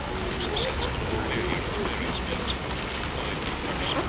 i was sensible of the failure of the various means hitherto employed for the purpose,